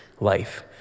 life